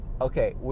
Okay